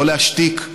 לא להשתיק,